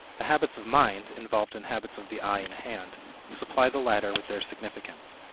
the habits of mind involved in habits of the eye and hand supply the latter with their significance.